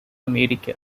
america